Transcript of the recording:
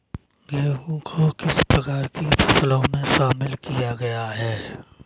गेहूँ को किस प्रकार की फसलों में शामिल किया गया है?